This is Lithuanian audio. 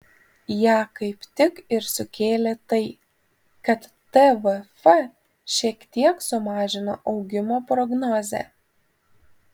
ją kaip tik ir sukėlė tai kad tvf šiek tiek sumažino augimo prognozę